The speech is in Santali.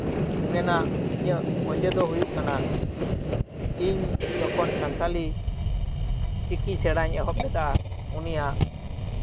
ᱨᱮᱱᱟᱜ ᱤᱧᱟᱹᱜ ᱚᱡᱮᱫᱚ ᱦᱩᱭᱩᱜ ᱠᱟᱱᱟ ᱤᱧ ᱡᱚᱠᱷᱚᱱ ᱥᱟᱱᱛᱟᱲᱤ ᱪᱤᱠᱤ ᱥᱮᱬᱟᱧ ᱮᱦᱚᱵ ᱞᱮᱫᱟ ᱩᱱᱤᱭᱟᱜ